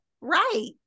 right